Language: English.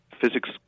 physics